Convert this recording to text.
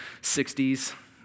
60s